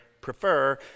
prefer